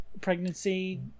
pregnancy